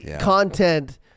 content